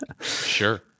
Sure